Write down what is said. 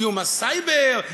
איום הסייבר,